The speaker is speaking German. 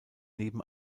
neben